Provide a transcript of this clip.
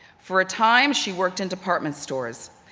for a time, she worked in department stores.